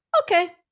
okay